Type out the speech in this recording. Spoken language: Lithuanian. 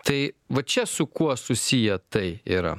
tai va čia su kuo susiję tai yra